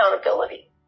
accountability